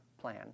plan